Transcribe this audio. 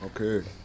Okay